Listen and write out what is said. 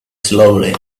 slowly